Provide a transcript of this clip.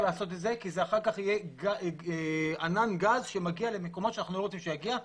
כי אחר כך יהיה ענן גז שיגיע למקומות שאנחנו לא רוצים שהוא יגיע אליהם,